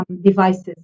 devices